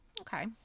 Okay